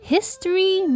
History